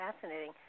fascinating